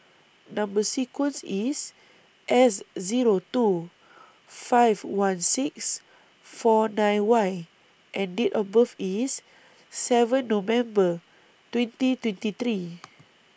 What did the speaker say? Number sequence IS S Zero two five one six four nine Y and Date of birth IS seven November twenty twenty three